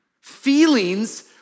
Feelings